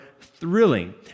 thrilling